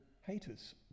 haters